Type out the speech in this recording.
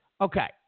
okay